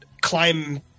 climb